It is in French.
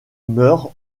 meurt